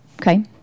Okay